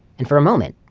and for a moment,